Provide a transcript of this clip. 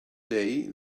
day